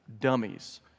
dummies